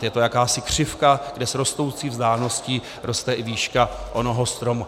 Je to jakási křivka, kde s rostoucí vzdáleností roste i výška onoho stromu.